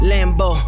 Lambo